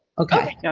okay, yeah